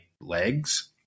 legs